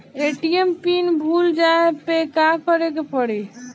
ATM PIN भूल जाए पे का करे के पड़ी?